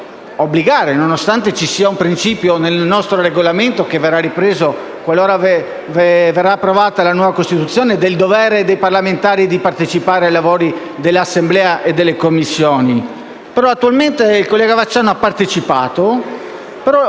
nonostante ci sia un principio nel nostro Regolamento che verrà ripreso, qualora verrà approvata la nuova Costituzione, del dovere dei parlamentari di partecipare ai lavori dell'Assemblea e delle Commissioni.